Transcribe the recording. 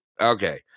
Okay